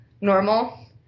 normal